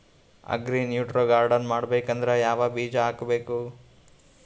Agri nutri garden ಮಾಡಬೇಕಂದ್ರ ಯಾವ ಬೀಜ ಹಾಕಬೇಕು?